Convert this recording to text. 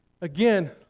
again